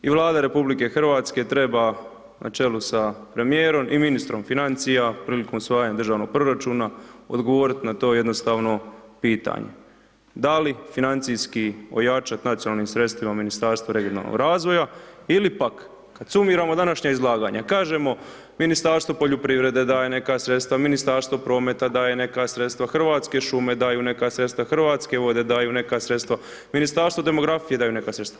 I Vlada RH treba na čelu sa premijerom i ministrom financija prilikom usvajanja državnog proračuna odgovoriti na to jednostavno pitanje, da li financijski ojačati nacionalnim sredstvima Ministarstvo regionalnog razvoja ili pak kada sumiramo današnja izlaganja kažemo Ministarstvo poljoprivrede daje neka sredstva, Ministarstvo prometa daje neka sredstva, Hrvatske šume daju neka sredstva, Hrvatske vode daju neka sredstva, Ministarstvo demografije daju neka sredstva.